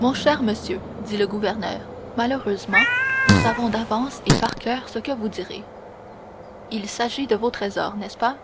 mon cher monsieur dit le gouverneur malheureusement nous savons d'avance et par coeur ce que vous direz il s'agit de vos trésors n'est-ce pas